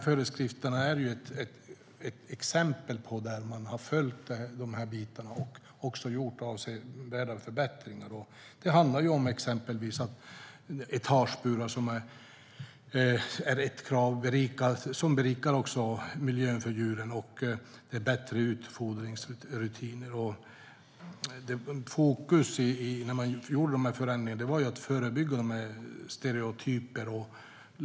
Föreskrifterna är ett exempel på att man har följt det här och gjort avsevärda förbättringar. Det handlar om exempelvis etageburar, ett krav som berikar miljön för djuren, och om bättre utfodringsrutiner. Fokus när man gjorde förändringarna var att förebygga stereotypa beteenden.